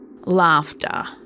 Laughter